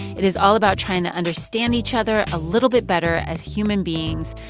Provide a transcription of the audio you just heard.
it is all about trying to understand each other a little bit better as human beings,